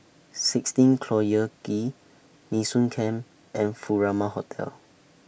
sixteen Collyer Quay Nee Soon Camp and Furama Hotel